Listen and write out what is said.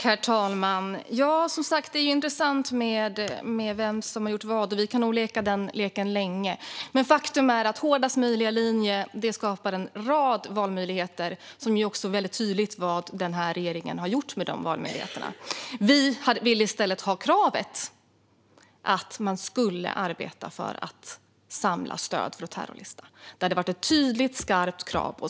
Herr talman! Det är intressant med vem som har gjort vad, och vi kan nog leka den leken länge. Men faktum är att hårdast möjliga linje skapar en rad valmöjligheter, och det är också tydligt vad regeringen har gjort med de valmöjligheterna. Vi ville i stället ha kravet att arbeta för att samla stöd för att terrorlista. Det hade varit ett tydligt skarpt krav.